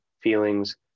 feelings